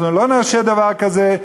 אנחנו לא נרשה דבר כזה,